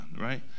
right